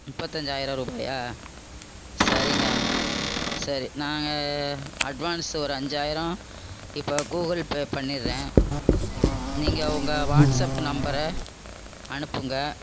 முப்பத்தஞ்சாயிரம் ரூபாயா சரிங்க சரி நாங்கள் அட்வான்ஸ் ஒரு அஞ்சாயிரம் இப்போ கூகுள் பே பண்ணிறேன் நீங்கள் உங்கள் வாட்ஸ்அப் நம்பரை அனுப்புங்கள்